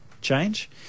change